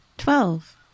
Twelve